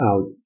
out